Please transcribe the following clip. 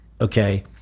okay